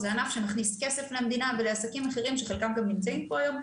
זה ענף שמכניס כסף למדינה ולעסקים אחרים שחלקם גם נמצאים פה היום,